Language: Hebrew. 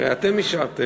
הרי אתם אישרתם.